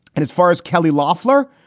and as far as kelly loffler,